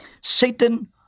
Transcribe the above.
Satan